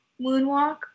moonwalk